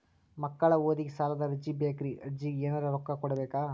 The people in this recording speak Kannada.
ಮಕ್ಕಳ ಓದಿಗಿ ಸಾಲದ ಅರ್ಜಿ ಬೇಕ್ರಿ ಅರ್ಜಿಗ ಎನರೆ ರೊಕ್ಕ ಕೊಡಬೇಕಾ?